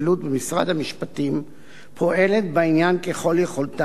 במשרד המשפטים פועלת בעניין ככל יכולתה,